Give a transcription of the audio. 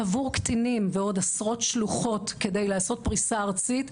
עבור קטינים ועוד עשרות שלוחות כדי לעשות פריסה ארצית,